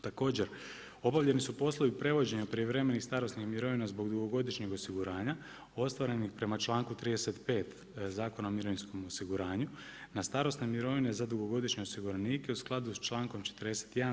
Također, obavljeni su poslovi prevođenja prijevremenih starosnih mirovina zbog dugogodišnjeg osiguranja ostvarenih prema članku 35 Zakona o mirovinskom osiguranju, na starosne mirovine za dugogodišnje osiguranike u skladu sa članom 41.